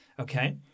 Okay